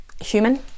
human